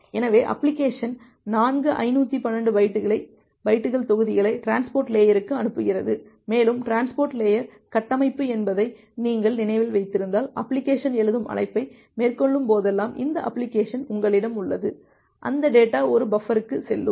எனவே அப்ளிகேஷன் நான்கு 512 பைட்டுகள் தொகுதிகளை டிரான்ஸ்போர்ட் லேயருக்கு அனுப்புகிறது மேலும் டிரான்ஸ்போர்ட் லேயர் கட்டமைப்பு என்பதை நீங்கள் நினைவில் வைத்திருந்தால் அப்ளிகேஷன் எழுதும் அழைப்பை மேற்கொள்ளும்போதெல்லாம் இந்த அப்ளிகேஷன் உங்களிடம் உள்ளது அந்த டேட்டா ஒரு பஃபருக்கு செல்லும்